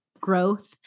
growth